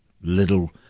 little